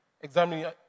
examining